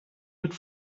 mit